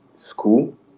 school